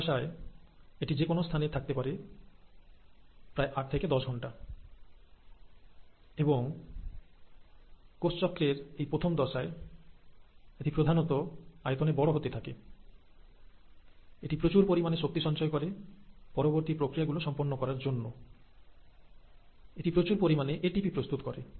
এই দশায় এটি যেকোন স্থানে থাকতে পারে প্রায় 8 থেকে 10 ঘন্টা এবং কোষ চক্রের এইপ্রথম দশায় এটি প্রধানত আয়তনে বড় হতে থাকেএটি প্রচুর পরিমাণে শক্তি সঞ্চয় করে পরবর্তী প্রক্রিয়াগুলো সম্পন্ন করার জন্য তাই এটি প্রচুর পরিমাণে এটিপি প্রস্তুত করে